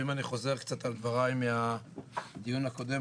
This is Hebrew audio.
אם אני חוזר קצת על דבריי מהדיון הקודם,